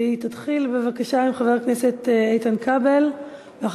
והיא מתחילה עם חבר הכנסת איתן כבל, בבקשה.